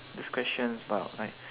this question is about like